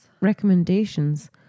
Recommendations